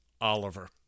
Oliver